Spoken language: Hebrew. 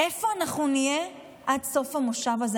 איפה נהיה עד סוף המושב הזה?